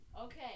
Okay